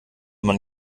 man